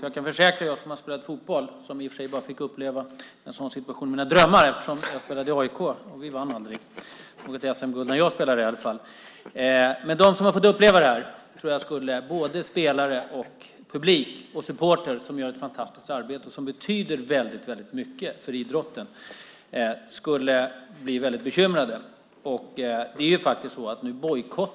Jag som har spelat fotboll - även om jag i och för sig bara fick uppleva en sådan situation i mina drömmar, eftersom jag spelade i AIK och vi aldrig vann något SM-guld, när jag spelade i all fall - kan försäkra att de som har fått uppleva det, både spelare, publik och supportrar som gör ett fantastiskt arbete och som betyder väldigt mycket för idrotten, skulle bli väldigt bekymrade över ett sådant förslag.